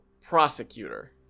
prosecutor